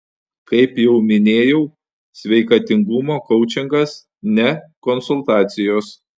kaip jau minėjau sveikatingumo koučingas ne konsultacijos